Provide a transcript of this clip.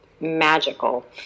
magical